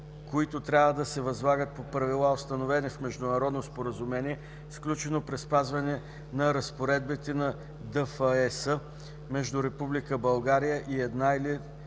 които трябва да се възлагат по правила, установени в международно споразумение, сключено при спазване разпоредбите на ДФЕС, между Република България